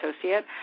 associate